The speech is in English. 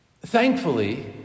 Thankfully